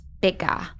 bigger